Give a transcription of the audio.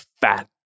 fat